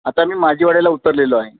आता मी माजिवाड्याला उतरलेलो आहे